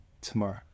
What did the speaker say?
Tomorrow